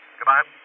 Goodbye